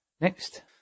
Next